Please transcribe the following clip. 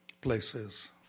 places